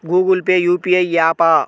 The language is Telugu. గూగుల్ పే యూ.పీ.ఐ య్యాపా?